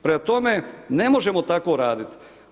Prema tome, ne možemo tako raditi.